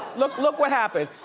look, look what happened.